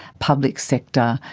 public sector,